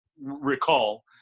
recall